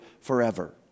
forever